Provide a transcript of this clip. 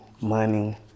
Money